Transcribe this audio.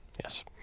Yes